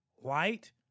white